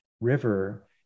River